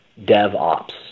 DevOps